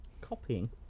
Copying